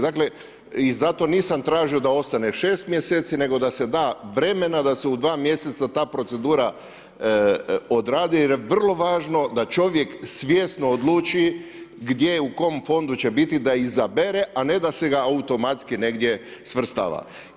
Dakle i zato nisam tražio da ostane šest mjeseci, nego da se da vremena da se u dva mjeseca ta procedura odradi jer je vrlo važno da čovjek svjesno odluči gdje u kom fondu će biti da izabere, a ne da ga se automatski u to svrstava.